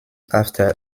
after